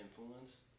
influence